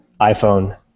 iPhone